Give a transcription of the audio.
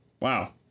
wow